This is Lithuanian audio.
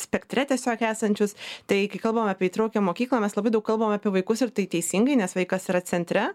spektre tiesiog esančius tai kai kalbam apie įtraukią mokyklą mes labai daug kalbam apie vaikus ir tai teisingai nes vaikas yra centre